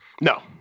no